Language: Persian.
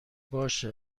باشه